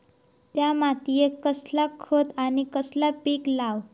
त्या मात्येत कसला खत आणि कसला पीक लाव?